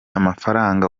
amafaranga